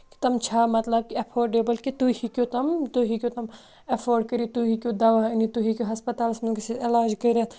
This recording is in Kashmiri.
کہِ تِم چھا مطلب کہِ اٮ۪فٲڈیبٕل کہِ تُہۍ ہیٚکِو تِم تُہۍ ہیٚکِو تِم اٮ۪فٲڈ کٔرِتھ تُہۍ ہیٚکِو دَوا أنِتھ تُہۍ ہیٚکِو ہَسپَتالَس منٛز گٔژھِتھ علاج کٔرِتھ